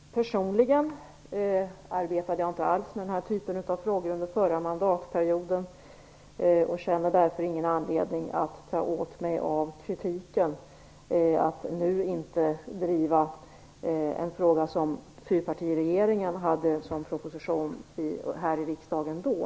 Fru talman! Personligen arbetade jag inte alls med den här typen av frågor under förra mandatperioden, och jag känner därför ingen anledning att ta åt mig av kritiken över att jag nu inte driver en fråga som fyrpartiregeringen hade med i en proposition som presenterades här i riksdagen då.